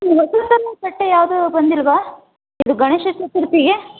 ಹೊಸ ಥರದ್ದು ಬಟ್ಟೆ ಯಾವುದೂ ಬಂದಿಲ್ಲವಾ ಇದು ಗಣೇಶ ಚತುರ್ಥಿಗೆ